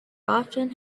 often